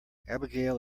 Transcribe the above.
abigail